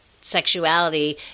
sexuality